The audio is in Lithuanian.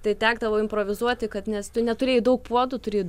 tai tekdavo improvizuoti kad nes tu neturėjai daug puodų turi